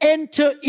Enter